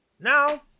Now